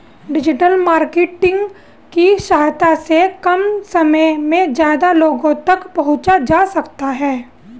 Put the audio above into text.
digital marketing की सहायता से कम समय में ज्यादा लोगो तक पंहुचा जा सकता है